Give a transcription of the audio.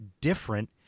different